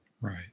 Right